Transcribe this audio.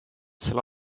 seal